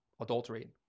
adulterate